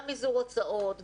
גם מזעור הוצאות,